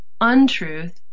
untruth